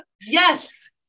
Yes